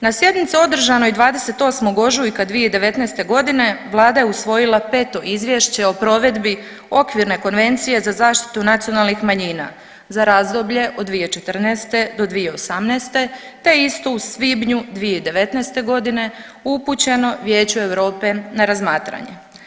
Na sjednici održanoj 28. ožujka 2019.g. vlada je usvojila 5. izvješće o provedbi Okvirne konvencije za zaštitu nacionalnih manjina za razdoblje od 2014.-2018. te istu u svibnju 2019.g. upućeno Vijeću Europe na razmatranje.